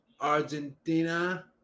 Argentina